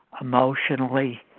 emotionally